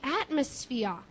atmosphere